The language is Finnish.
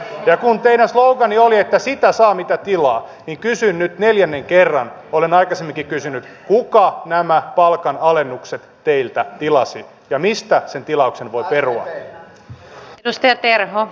ja kun teidän sloganinne oli että sitä saa mitä tilaa niin kysyn nyt neljännen kerran olen aikaisemminkin kysynyt kuka nämä palkanalennukset teiltä tilasi ja mistä sen tilauksen voi perua